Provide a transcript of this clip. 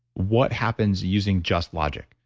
what happens using just logic?